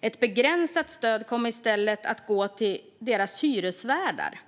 Ett begränsat stöd kommer i stället att gå till deras hyresvärdar,